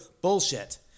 bullshit